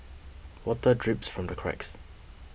water drips from the cracks